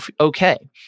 okay